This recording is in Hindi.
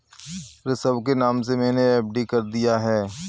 ऋषभ के नाम से मैने एफ.डी कर दिया है